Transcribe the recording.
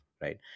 right